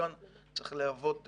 היו גם תדרוכים,